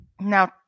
now